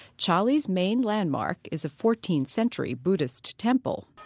chali's main landmark is a fourteenth century buddhist temple